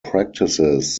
practices